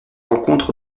rencontre